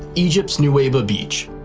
egypt's neweiba beach.